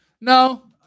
No